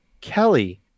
kelly